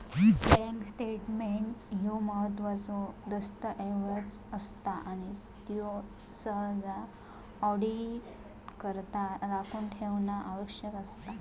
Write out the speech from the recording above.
bank statement ह्यो महत्त्वाचो दस्तऐवज असता आणि त्यो सहसा ऑडिटकरता राखून ठेवणा आवश्यक असता